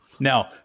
Now